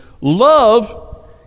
love